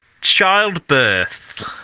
Childbirth